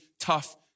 tough